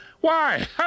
Why